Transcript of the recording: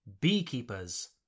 beekeepers